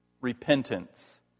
repentance